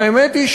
והאמת היא,